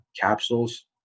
capsules